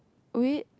we